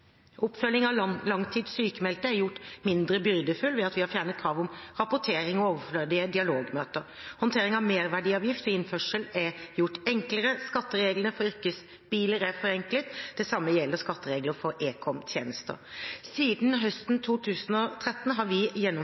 Oppfølging av langtidssykmeldte er gjort mindre byrdefull ved at vi har fjernet krav om rapportering og overflødige dialogmøter. Håndtering av merverdiavgift ved innførsel er gjort enklere, skattereglene for yrkesbiler er forenklet, og det samme gjelder skatteregler for ekom-tjenester. Siden høsten 2013 har vi